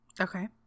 Okay